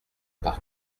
par